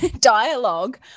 dialogue